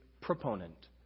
proponent